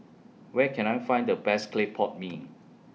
Where Can I Find The Best Clay Pot Mee